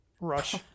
rush